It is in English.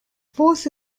force